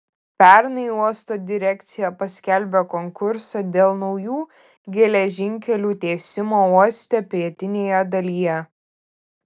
pernai uosto direkcija paskelbė konkursą dėl naujų geležinkelių tiesimo uoste pietinėje dalyje